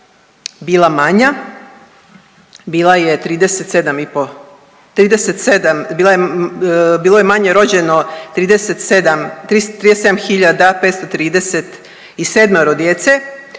bilo je manje rođeno 37, 37 537 djece,